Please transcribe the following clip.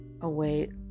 away